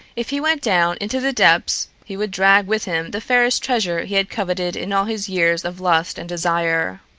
if he went down into the depths he would drag with him the fairest treasure he had coveted in all his years of lust and desire.